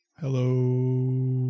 Hello